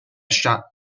shot